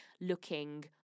looking